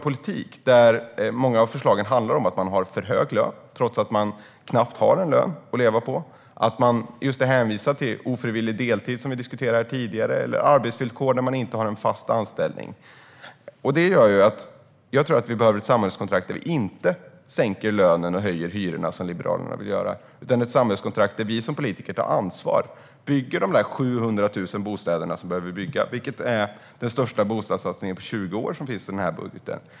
Politiken handlar mycket om att de har för hög lön trots att de knappt kan leva på sin lön. De är hänvisade till ofrivillig deltid, som vi diskuterade tidigare, eller arbetsvillkor där de inte har en fast anställning. Sverige behöver ett samhällskontrakt där vi inte sänker lönen och höjer hyrorna, vilket Liberalerna vill. Sverige behöver ett samhällskontrakt där vi politiker tar ansvar och bygger de där 700 000 bostäderna som behövs, vilket är den största bostadssatsningen på 20 år och finns i denna budget.